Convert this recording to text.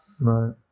Right